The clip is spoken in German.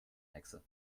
hexe